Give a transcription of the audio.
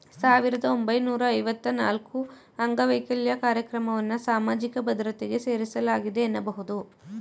ಸಾವಿರದ ಒಂಬೈನೂರ ಐವತ್ತ ನಾಲ್ಕುಅಂಗವೈಕಲ್ಯ ಕಾರ್ಯಕ್ರಮವನ್ನ ಸಾಮಾಜಿಕ ಭದ್ರತೆಗೆ ಸೇರಿಸಲಾಗಿದೆ ಎನ್ನಬಹುದು